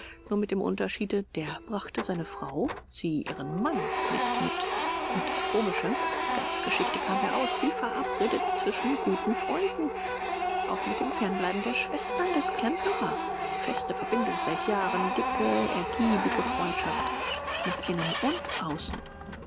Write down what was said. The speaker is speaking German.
nur mit dem unterschiede der brachte seine frau sie ihren mann nicht mit und das komische die ganze geschichte kam heraus wie verabredet zwischen guten freunden auch mit dem fernbleiben der schwestern des klemperer feste verbindung seit jahren dicke ergiebige freundschaft nach innen und außen